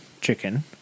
chicken